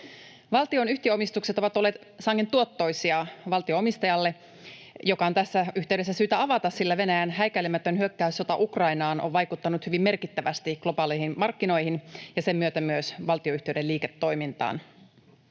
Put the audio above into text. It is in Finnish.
Valtion yhtiöomistukset ovat olleet sangen tuottoisia valtio-omistajalle, mikä on tässä yhteydessä syytä avata, sillä Venäjän häikäilemätön hyökkäyssota Ukrainaan on vaikuttanut hyvin merkittävästi globaaleihin markkinoihin ja sen myötä myös valtionyhtiöiden liiketoimintaan.